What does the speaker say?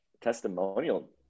testimonial